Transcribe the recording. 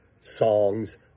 songs